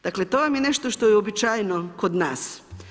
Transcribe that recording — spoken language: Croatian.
Dakle, to vam je nešto što je uobičajeno kod nas.